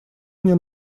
мне